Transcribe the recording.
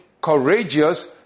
courageous